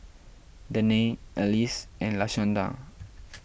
Danae Alys and Lashanda